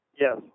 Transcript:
Yes